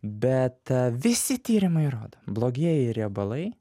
bet visi tyrimai rodo blogieji riebalai